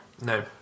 No